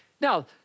Now